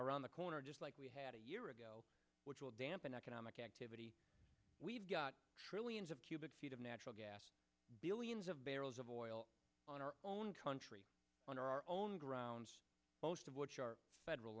around the corner just like we had a year ago which will dampen economic activity we've got trillions of cubic feet of natural gas billions of barrels of oil on our own country on our own grounds most of which are federal